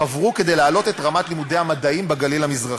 חברו כדי להעלות את רמת לימודי המדעים בגליל המזרחי.